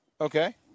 Okay